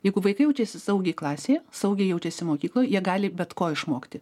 jeigu vaikai jaučiasi saugiai klasėje saugiai jaučiasi mokykloj jie gali bet ko išmokti